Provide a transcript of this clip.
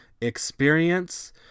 experience